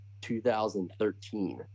2013